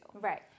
Right